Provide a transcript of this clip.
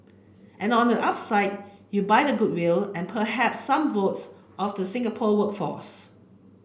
and on the upside you buy the goodwill and perhaps some votes of the Singapore workforce